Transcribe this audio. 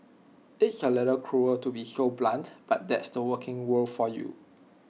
it's A little cruel to be so blunt but that's the working world for you